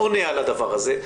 עונה על הדבר הזה,